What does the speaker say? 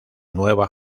nueva